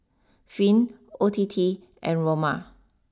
Finn O T T and Roma